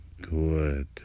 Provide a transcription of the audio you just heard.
good